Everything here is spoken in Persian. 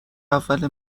اول